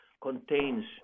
contains